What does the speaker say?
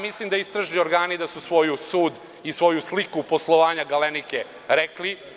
Mislim da su istražni organi svoj sud i svoju sliku poslovanja „Galenike“ rekli.